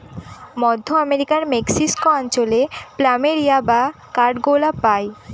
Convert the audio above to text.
মধ্য আমেরিকার মেক্সিকো অঞ্চলে প্ল্যামেরিয়া বা কাঠগোলাপ পাই